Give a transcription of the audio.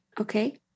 Okay